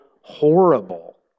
horrible